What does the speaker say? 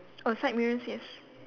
oh side mirrors yes